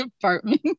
apartment